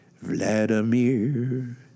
Vladimir